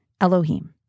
Elohim